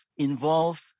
involve